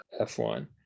F1